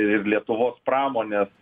ir lietuvos pramonės